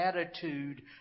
attitude